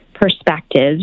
perspectives